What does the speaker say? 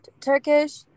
Turkish